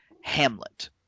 Hamlet